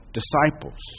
disciples